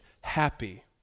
happy